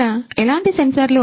ఇక్కడ ఎలాంటి సెన్సార్లు